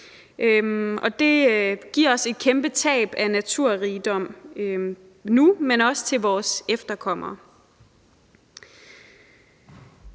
og det giver os et kæmpe tab af naturrigdom nu, men også vores efterkommere.